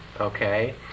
okay